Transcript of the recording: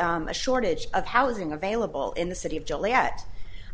is a shortage of housing available in the city of joliet